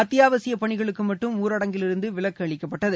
அத்தியாவசிய பணிகளுக்கு மட்டும் ஊரடங்கிலிருந்து விலக்கு அளிக்கப்பட்டது